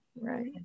Right